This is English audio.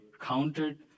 counted